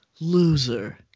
loser